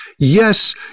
Yes